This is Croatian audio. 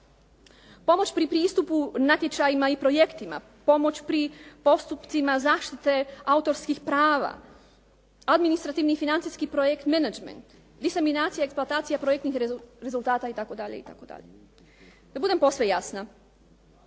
Pomoć pri pristupu natječajima i projektima, pomoć pri postupcima zaštite autorskih prava, administrativni financijski projekt menagment, diseminacija i eksploatacija projektnih rezultata itd., itd.. Da budem posve jasna,